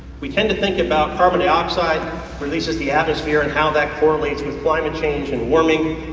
we tend to think about carbon dioxide releases the atmosphere and how that correlates with climate change and warming,